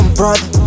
brother